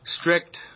strict